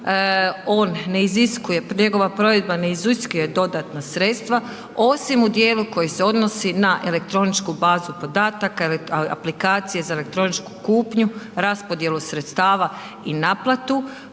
on ne iziskuje, njegova provedba ne iziskuje dodatna sredstva osim u dijelu koji se odnosi na elektroničku bazu podataka, aplikacije za elektroničku kupnju, raspodjelu sredstava i naplatu.